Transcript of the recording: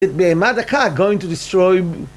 בהמה דקה, going to destroy...